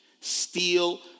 steal